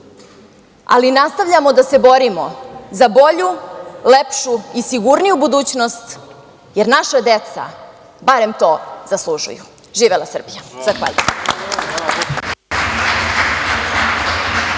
ali nastavljamo da se borimo za bolju, lepšu i sigurniju budućnost, jer naša deca barem to zaslužuju. Živela Srbija!